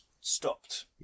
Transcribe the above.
stopped